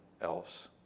else